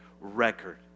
record